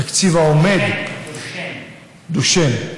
התקציב העומד, דושֵן.